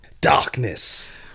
Darkness